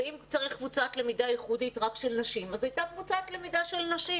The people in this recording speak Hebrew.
ואם צריך קבוצת למידה ייחודית רק של נשים אז הייתה קבוצת למידה של נשים.